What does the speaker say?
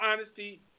honesty